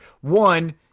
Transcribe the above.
One